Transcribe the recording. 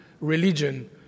religion